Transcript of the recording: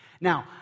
Now